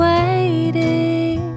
Waiting